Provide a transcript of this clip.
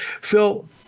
Phil